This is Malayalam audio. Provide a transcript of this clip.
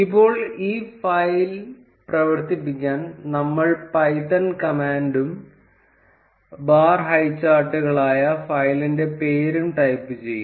ഇപ്പോൾ ഈ ഫയൽ പ്രവർത്തിപ്പിക്കാൻ നമ്മൾ പൈത്തൺ കമാൻഡും ബാർ ഹൈചാർട്ടുകളായ ഫയലിന്റെ പേരും ടൈപ്പ് ചെയ്യും